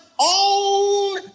own